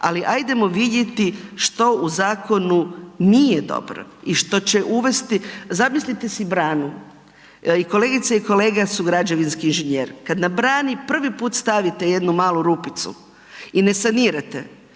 ali ajdemo vidjeti što u zakonu nije dobro i što će uvesti, zamislite si branu i kolegica i kolega su građevinski inženjeri, kad na brani prvi put stavite jednu malu rupicu i ne sanirate,